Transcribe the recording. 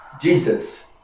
Jesus